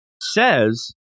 says